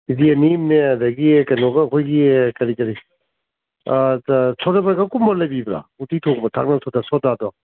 ꯀꯦ G ꯑꯅꯤꯝꯅꯦ ꯑꯗꯨꯗꯒꯤ ꯀꯩꯅꯣꯒ ꯑꯩꯈꯣꯏꯒꯤ ꯀꯔꯤ ꯀꯔꯤ ꯁꯣꯗꯥ ꯕꯥꯏꯒꯞ ꯀꯨꯝꯕ ꯂꯩꯕꯤꯕ꯭ꯔꯥ ꯎꯇꯤ ꯊꯣꯡꯕ ꯊꯥꯛꯅꯕ ꯁꯣꯗꯥꯗꯣ